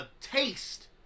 taste